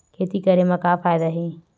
खेती करे म का फ़ायदा हे?